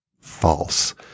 false